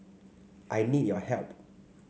I need your help